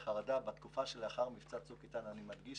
חרדה בתקופה שלאחר מבצע צוק איתן: אני מדגיש,